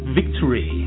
victory